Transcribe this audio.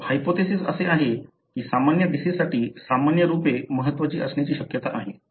तर हायपोथेसिस असे आहे की सामान्य डिसिजसाठी सामान्य रूपे महत्त्वाची असण्याची शक्यता आहे